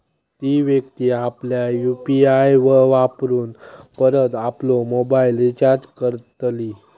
ती व्यक्ती आपल्या यु.पी.आय वापरून परत आपलो मोबाईल रिचार्ज करतली